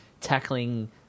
tackling